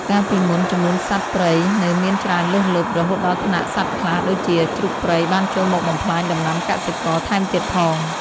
កាលពីមុន ចំនួនសត្វព្រៃនៅមានច្រើនលើសលប់ រហូតដល់ថ្នាក់សត្វខ្លះដូចជាជ្រូកព្រៃ បានចូលមកបំផ្លាញដំណាំកសិករថែមទៀតផង។